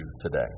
today